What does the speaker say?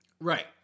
Right